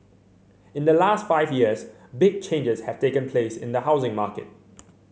in the last five years big changes have taken place in the housing market